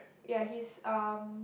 ya he's um